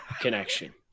connection